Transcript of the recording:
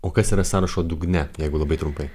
o kas yra sąrašo dugne jeigu labai trumpai